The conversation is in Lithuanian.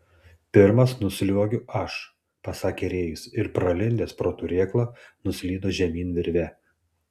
pirmas nusliuogiu aš pasakė rėjus ir pralindęs pro turėklą nuslydo žemyn virve